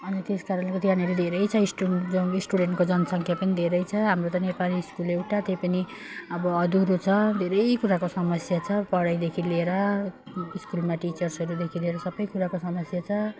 अनि त्यस कारणले त्यहाँनिर धेरै छ स्टुट स्टुडेन्टको जनसङ्ख्या पनि धेरै छ हाम्रो त नेपाली स्कुल एउटा त्यो पनि अब अधुरो छ धेरै कुराको समस्या छ पढाइदेखि लिएर स्कुलमा टिचर्सहरूदेखि लिएर सबै कुराको समस्या छ